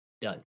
Done